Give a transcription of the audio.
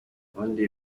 ubundi